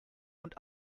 und